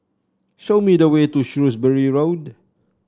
show me the way to Shrewsbury Road